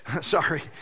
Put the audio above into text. sorry